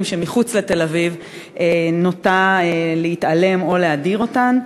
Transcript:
שמחוץ לתל-אביב הרבה פעמים נוטה להתעלם מהן או להדיר אותן,